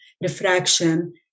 refraction